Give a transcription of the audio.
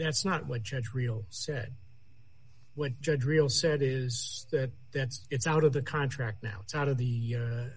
that's not what judge real said what judge real said is that that it's out of the contract now it's out of the